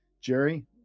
Jerry